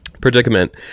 Predicament